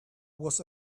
was